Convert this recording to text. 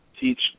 teach